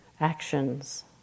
actions